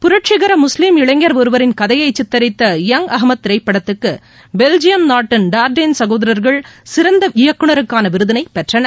புரட்சிகர முஸ்லீம் இளைஞர் ஒருவரின் கதையை சித்தரித்த யங் அகமத் திரைப்படத்திற்கு பெல்ஜியம் நாட்டின் டார்டென் சகோதரர்கள் சிறந்த இயக்குநருக்கான விருதினை பெற்றனர்